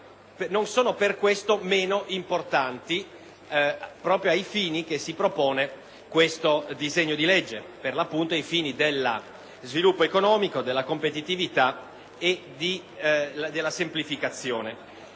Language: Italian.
non sono però per questo meno importanti, proprio ai fini che si propone questo disegno di legge, vale a dire quelli dello sviluppo economico, della competitività e della semplificazione.